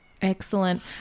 Excellent